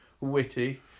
Witty